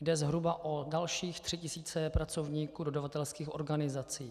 Jde zhruba o dalších 3 tisíce pracovníků dodavatelských organizací.